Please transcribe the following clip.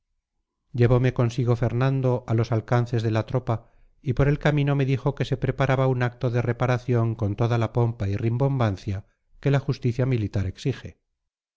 ordenanza llevome consigo fernando a los alcances de la tropa y por el camino me dijo que se preparaba un acto de reparación con toda la pompa y rimbombancia que la justicia militar exige